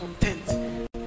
content